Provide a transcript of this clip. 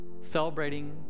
celebrating